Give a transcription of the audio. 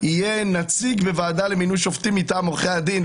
יהיה נציג בוועדה למינוי שופטים מטעם עורכי הדין.